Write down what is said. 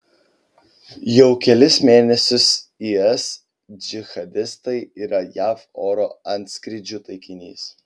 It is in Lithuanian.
jau kelis mėnesius is džihadistai yra jav oro antskrydžių taikinys